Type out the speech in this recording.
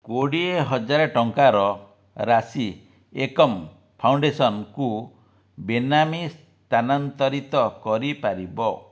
କୋଡିଏ ହଜାର ଟଙ୍କାର ରାଶି ଏକମ୍ ଫାଉଣ୍ଡେସନ୍କୁ ବେନାମୀ ସ୍ଥାନାନ୍ତରିତ କରିପାରିବ